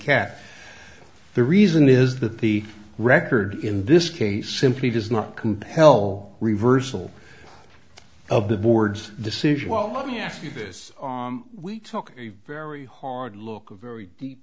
catch the reason is that the record in this case simply does not compel reversal of the board's decision well let me ask you this we took a very hard look a very deep